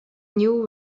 knew